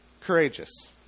courageous